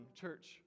church